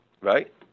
right